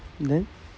then